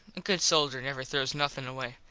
a good soldier never throws nothin away.